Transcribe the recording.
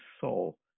soul